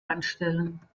anstellen